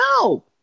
No